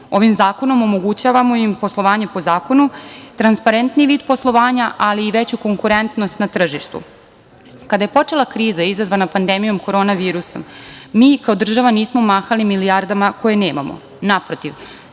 Ovim zakonom omogućavamo im poslovanje po zakonu, transparentni vid poslovanja, ali i veću konkurentnost na tržištu. Kada je počela kriza izazvana pandemijom korona virusa, mi kao država nismo mahali milijardama koje nemamo. Naprotiv,